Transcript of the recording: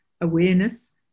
awareness